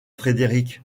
frédéric